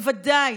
בוודאי